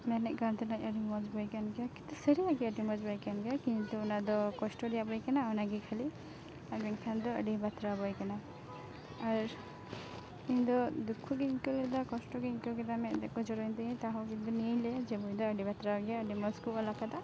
ᱢᱮᱱᱮᱫᱠᱟᱱ ᱛᱮᱦᱮᱱᱟᱹᱧ ᱟᱹᱰᱤ ᱢᱚᱡᱽ ᱵᱳᱭ ᱠᱟᱱ ᱜᱮᱭᱟ ᱠᱤᱱᱛᱩ ᱥᱟᱹᱨᱤᱱᱟᱜ ᱜᱮ ᱟᱹᱰᱤ ᱢᱚᱡᱽ ᱵᱳᱭ ᱠᱟᱱ ᱜᱮᱭᱟ ᱠᱤᱱᱛᱩ ᱚᱱᱟᱫᱚ ᱠᱚᱥᱴᱚ ᱨᱮᱭᱟᱜ ᱵᱳᱭ ᱠᱟᱱᱟ ᱚᱱᱟᱜᱮ ᱠᱷᱟᱹᱞᱤ ᱟᱨ ᱵᱟᱝᱠᱷᱟᱱᱫᱚ ᱟᱹᱰᱤ ᱵᱟᱛᱨᱟᱣ ᱵᱳᱭ ᱠᱟᱱᱟ ᱟᱨ ᱤᱧᱫᱚ ᱫᱩᱠᱠᱷᱚᱜᱮᱧ ᱟᱹᱭᱠᱟᱹᱣ ᱞᱮᱫᱟ ᱠᱚᱥᱴᱚᱜᱮᱧ ᱟᱹᱭᱠᱟᱹᱣ ᱠᱮᱫᱟ ᱢᱮᱫ ᱫᱟᱜᱠᱚ ᱡᱚᱨᱚᱭᱮᱱ ᱛᱤᱧᱟᱹ ᱛᱟᱦᱚᱸ ᱠᱤᱱᱛᱩ ᱱᱤᱭᱟᱹᱧ ᱞᱟᱹᱭᱟ ᱡᱮ ᱵᱳᱭᱫᱚ ᱟᱹᱰᱤ ᱵᱟᱛᱨᱟᱣ ᱜᱮᱭᱟ ᱟᱹᱰᱤ ᱢᱚᱡᱽᱠᱚ ᱚᱞ ᱟᱠᱟᱫᱟ